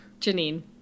Janine